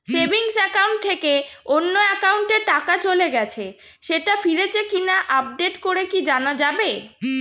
Savings account থেকে অন্য একাউন্টে টাকা চলে গেছে সেটা ফিরেছে কিনা আপডেট করে কি জানা যাবে?